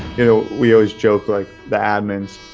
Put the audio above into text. you know, we always joke like the admins,